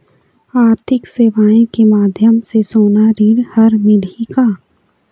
आरथिक सेवाएँ के माध्यम से सोना ऋण हर मिलही का?